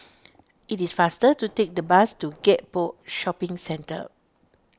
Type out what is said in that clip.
it is faster to take the bus to Gek Poh Shopping Centre